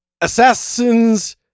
Assassin's